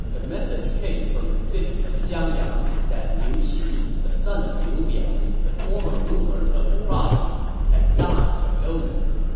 a message came from the city of xiangyang that liu qi, the son of liu biao, the former ruler of the province, had died of illness.